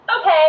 Okay